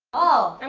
oh. and